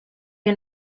que